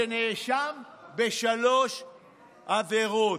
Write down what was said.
שנאשם בשלוש עבירות,